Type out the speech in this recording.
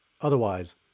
Otherwise